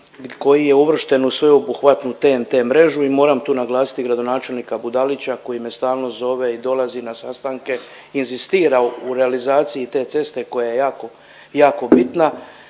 koji je uvršten u sveobuhvatnu TNT mrežu i moram tu naglasiti gradonačelnika Budalića koji me stalno zove i dolazi na sastanke, inzistira u realizaciji te ceste koja je jako bitna.